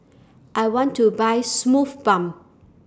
I want to Buy Sumuf Balm